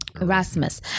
Erasmus